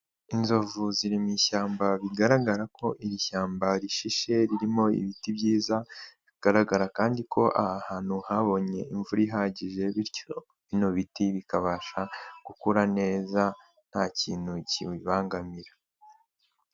Inzovu ziri mu ishyamba bigaragara ko iri shyamba rishishe ririmo ibiti byiza bigaragara kandi ko aha ahantu habonye imvura ihagije, bityo bino biti bikabasha gukura neza nta kintu kibibangamira.